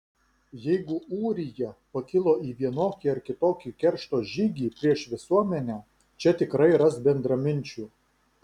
jeigu ūrija pakilo į vienokį ar kitokį keršto žygį prieš visuomenę čia tikrai ras bendraminčių